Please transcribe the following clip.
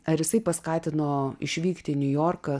ar jisai paskatino išvykti į niujorką